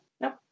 nope